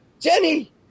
Jenny